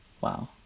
Wow